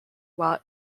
while